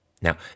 now